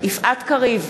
יפעת קריב,